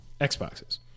Xboxes